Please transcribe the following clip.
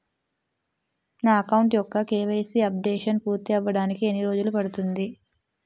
నా అకౌంట్ యెక్క KYC updation పూర్తి అవ్వడానికి ఎన్ని రోజులు పడుతుంది?